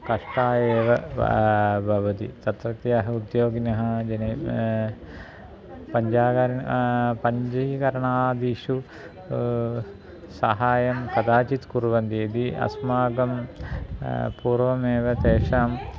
कष्टाय एव वा भवति तत्रत्याः उद्योगिनः जने पञ्जाग पञ्जीकरणादिषु सहायं कदाचित् कुर्वन्ति इति अस्माकं पूर्वमेव तेषां